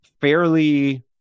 fairly